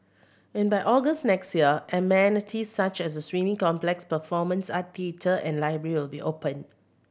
and by August next year amenities such as the swimming complex performance art theatre and library will be open